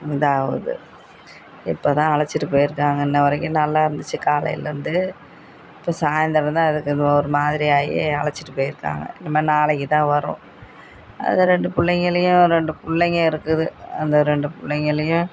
இதாகுது இப்போதான் அழைச்சிட்டு போயிருக்காங்க இன்னி வரைக்கும் நல்லா இருந்துச்சு காலையிலேருந்து இப்போ சாயந்தரம்தான் அதுக்கு என்னமோ ஒரு மாதிரி ஆகி அழைச்சிட்டு போயிருக்காங்க இனிமேல் நாளைக்குதான் வரும் அது ரெண்டு பிள்ளைங்களையும் ரெண்டு பிள்ளைங்க இருக்குது அந்த ரெண்டு பிள்ளைங்களையும்